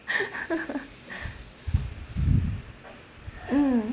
mm